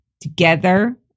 together